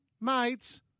Mates